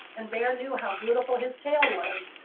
and bear knew how beautiful his tail was,